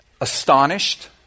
Astonished